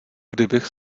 kdybych